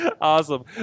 Awesome